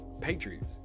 patriots